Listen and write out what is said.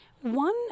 one